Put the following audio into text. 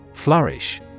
Flourish